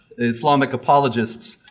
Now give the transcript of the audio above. islamic apologists,